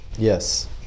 Yes